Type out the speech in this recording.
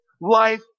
life